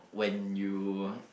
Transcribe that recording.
when you